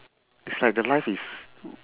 is like the life is